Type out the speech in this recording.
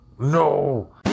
No